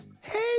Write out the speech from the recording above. Hey